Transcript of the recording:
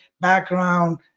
background